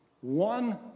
...one